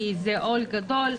כי זה עול גדול.